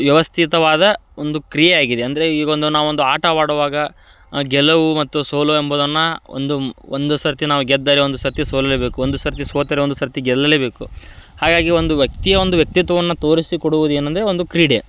ವ್ಯವಸ್ಥಿತವಾದ ಒಂದು ಕ್ರಿಯೆಯಾಗಿದೆ ಅಂದರೆ ಈಗೊಂದು ನಾವೊಂದು ಆಟವಾಡುವಾಗ ಗೆಲವು ಮತ್ತು ಸೋಲು ಎಂಬುದನ್ನು ಒಂದು ಒಂದು ಸರತಿ ನಾವು ಗೆದ್ದರೆ ಒಂದು ಸರತಿ ಸೋಲಲೇಬೇಕು ಒಂದು ಸರತಿ ಸೋತರೆ ಒಂದು ಸರತಿ ಗೆಲ್ಲಲೇಬೇಕು ಹಾಗಾಗಿ ಒಂದು ವ್ಯಕ್ತಿಯ ಒಂದು ವ್ಯಕ್ತಿತ್ವನ್ನ ತೋರಿಸಿಕೊಡುವುದೇನೆಂದ್ರೆ ಒಂದು ಕ್ರೀಡೆ